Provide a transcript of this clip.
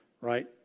right